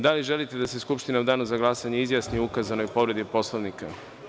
Da li želite da se Skupština u danu za glasanje izjasni o ukazanoj povredi Poslovnika? (Ne) Zahvaljujem.